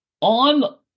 on